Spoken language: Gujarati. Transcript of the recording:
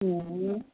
તો